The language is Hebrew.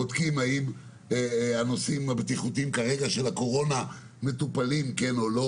בודקים האם הנושאים הבטיחותיים של הקורונה מטופלים או לא.